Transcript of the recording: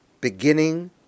beginning